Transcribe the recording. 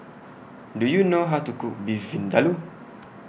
Do YOU know How to Cook Beef Vindaloo